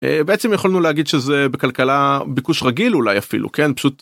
בעצם יכולנו להגיד שזה בכלכלה ביקוש רגיל אולי אפילו כן פשוט.